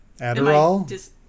Adderall